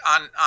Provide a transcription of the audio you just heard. on